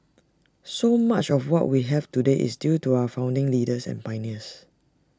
so much of what we have today is due to our founding leaders and pioneers